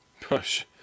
Push